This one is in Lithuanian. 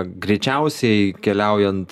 greičiausiai keliaujant